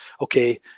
okay